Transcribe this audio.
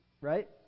right